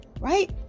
right